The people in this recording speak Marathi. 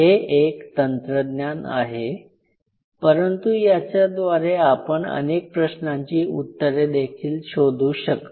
हे एक तंत्रज्ञान आहे परंतु याच्याद्वारे आपण अनेक प्रश्नांची उत्तरेदेखील शोधू शकतो